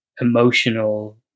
emotional